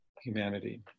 humanity